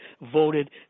voted